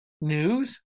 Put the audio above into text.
News